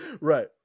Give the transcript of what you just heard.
Right